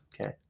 Okay